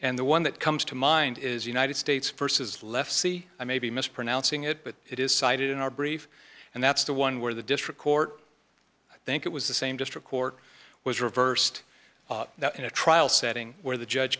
and the one that comes to mind is united states versus left see i may be mispronouncing it but it is cited in our brief and that's the one where the district court i think it was the same district court was reversed that in a trial setting where the judge